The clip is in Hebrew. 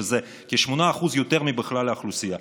שזה כ-8% יותר מכלל האוכלוסייה.